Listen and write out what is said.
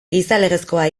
gizalegezkoa